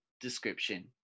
description